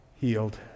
healed